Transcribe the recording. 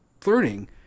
flirting